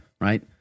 right